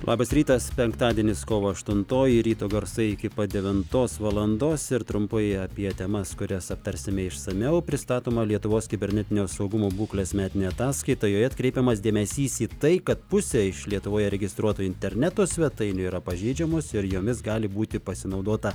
labas rytas penktadienis kovo aštuntoji ryto garsai iki pat devintos valandos ir trumpai apie temas kurias aptarsime išsamiau pristatoma lietuvos kibernetinio saugumo būklės metinė ataskaita joje atkreipiamas dėmesys į tai kad pusę iš lietuvoje registruotų interneto svetainių yra pažeidžiamos ir jomis gali būti pasinaudota